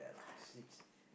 six